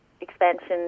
expansion